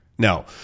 No